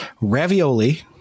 ravioli